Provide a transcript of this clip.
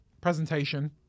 presentation